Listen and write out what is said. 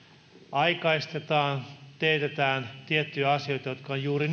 aikaistetaan teetetään tiettyjä asioita jotka on juuri